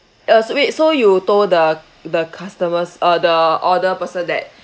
uh wait so you told the the customers uh the order person that